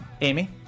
Amy